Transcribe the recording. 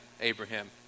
Abraham